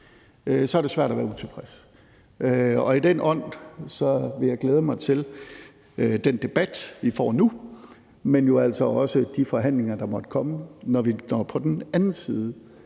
Så er det svært at være utilfreds. I den ånd vil jeg glæde mig til den debat, vi får nu, men jo altså også til de forhandlinger, der måtte komme, når vi når hen på den anden side